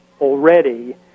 already